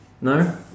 No